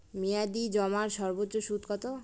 মেয়াদি জমার সর্বোচ্চ সুদ কতো?